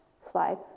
Slide